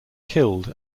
killed